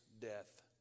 death